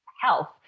health